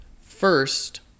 First